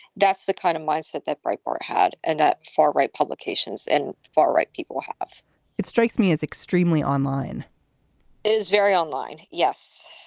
that's the kind of mindset that brightmoor had and far right publications and far right people have it strikes me as extremely online is very online yes.